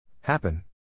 Happen